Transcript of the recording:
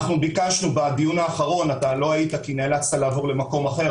אנחנו ביקשנו בדיון האחרון אתה לא היית כי נאלצת לעבור למקום אחר,